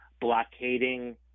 blockading